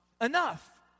enough